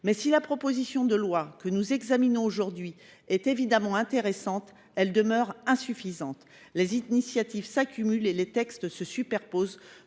si la proposition de loi que nous avons examinée aujourd’hui est évidemment intéressante, elle demeure insuffisante. Les initiatives s’accumulent et les textes se superposent